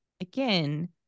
again